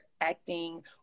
acting